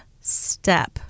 step